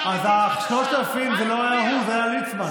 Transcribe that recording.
אז ה-3,000 זה לא היה הוא, זה היה ליצמן.